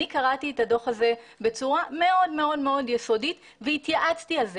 אני קראתי את הדוח הזה בצורה מאוד מאוד מאוד יסודית והתייעצתי על זה,